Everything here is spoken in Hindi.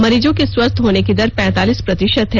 मरीजों के स्वस्थ होने की दर पैंतालिस प्रतिशत है